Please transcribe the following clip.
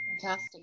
fantastic